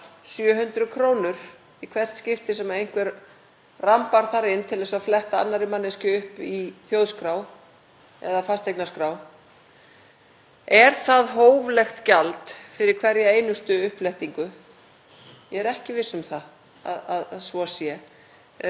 Er það hóflegt gjald fyrir hverja einustu uppflettingu? Ég er ekki viss um að svo sé. Hæstv. ráðherra kom hér og staðfesti að Hæstiréttur hefur komist að þeirri niðurstöðu að þessi gjaldskrá sé í samræmi við lög